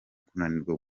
kunanirwa